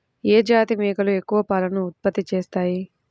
ఏ జాతి మేకలు ఎక్కువ పాలను ఉత్పత్తి చేస్తాయి?